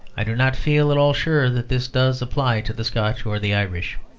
i do not feel at all sure that this does apply to the scotch or the irish.